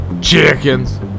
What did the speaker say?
Chickens